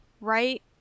right